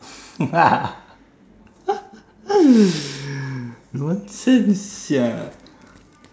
nonsense sia